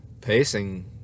pacing